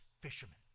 fisherman